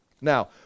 Now